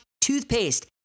toothpaste